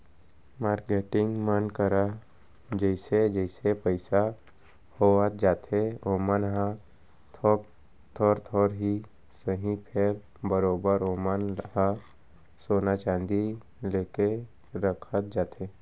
marketing मन करा जइसे जइसे पइसा होवत जाथे ओमन ह थोर थोर ही सही फेर बरोबर ओमन ह सोना चांदी लेके रखत जाथे